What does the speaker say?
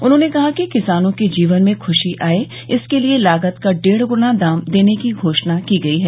उन्होंने कहा कि किसानों के जीवन में खुशी आये इसके लिए लागत का डेढ़ गुना दाम देने की घोषणा की गई है